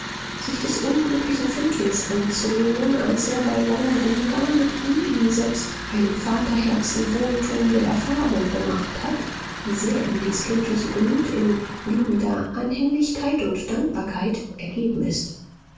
sich des unglücklichen findlings anzunehmen als er bei langem umgang mit ihm die selbst einem vaterherzen wohltuende erfahrung gemacht hat wie sehr ihm dies kindliche gemüt in liebender anhänglichkeit und dankbarkeit ergeben ist